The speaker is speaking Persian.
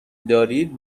دارید